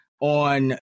on